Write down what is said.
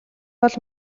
бол